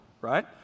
right